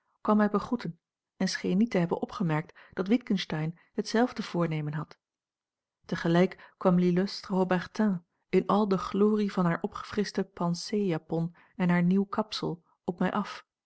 kwam mij begroeten en scheen niet te hebben opgemerkt dat witgensteyn hetzelfde voornemen had tegelijk kwam l'illustre haubertin in al de glorie van haar opgefrischte pensée japon en haar nieuw kaspel op mij af